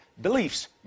beliefs